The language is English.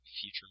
future